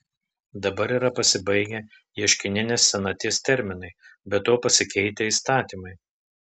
dabar yra pasibaigę ieškininės senaties terminai be to pasikeitę įstatymai